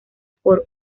por